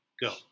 Go